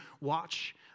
watch